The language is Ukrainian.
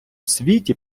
світі